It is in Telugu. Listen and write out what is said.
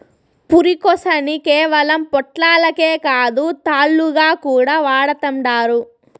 పురికొసని కేవలం పొట్లాలకే కాదు, తాళ్లుగా కూడా వాడతండారు